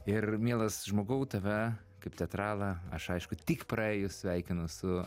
ir mielas žmogau tave kaip teatralą aš aišku tik praėjus sveikinu su